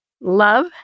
love